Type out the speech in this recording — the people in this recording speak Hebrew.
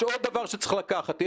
יש עוד דבר שצריך לקחת בחשבון,